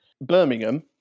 Birmingham